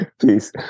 Peace